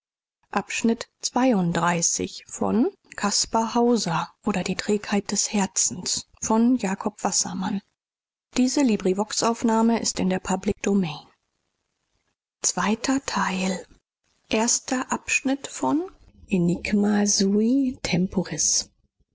oder die trägheit